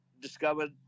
discovered